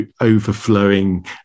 overflowing